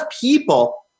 people